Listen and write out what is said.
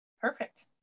Perfect